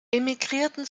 emigrierten